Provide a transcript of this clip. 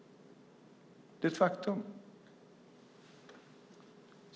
Det är ett faktum.